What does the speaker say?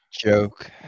Joke